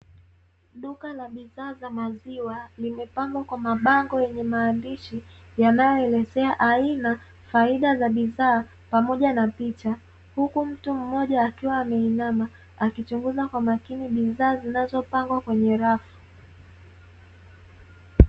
Duka la bidhaa za maziwa zimepangwa kwa mabango yenye maandishi yanayoelezea aina faida za bidhaa, pamoja na picha huku mtu mmoja akiwa ameinama akichunguza kwa makini bidhaa zinazopangwa kwenye rafu.